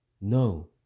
No